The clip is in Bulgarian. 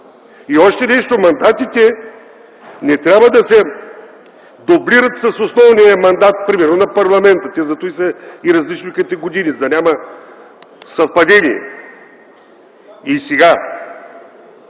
И още нещо, мандатите не трябва да се дублират с основния мандат, примерно на парламента. Те затова са и различни като години - да няма съвпадения. И сега,